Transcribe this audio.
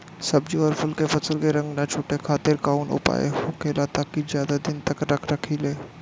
सब्जी और फल के फसल के रंग न छुटे खातिर काउन उपाय होखेला ताकि ज्यादा दिन तक रख सकिले?